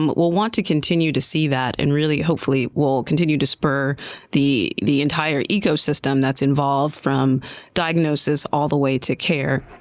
but we'll want to continue to see that, and hopefully will continue to spur the the entire ecosystem that's involved, from diagnosis all the way to care.